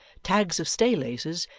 tags of staylaces,